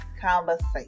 conversation